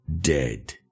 dead